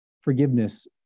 forgiveness